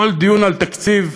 כל דיון על תקציב,